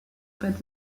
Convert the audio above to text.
but